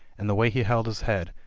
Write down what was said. and the way he held his head,